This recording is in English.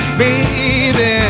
baby